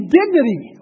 dignity